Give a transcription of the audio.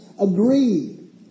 agreed